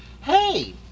Hey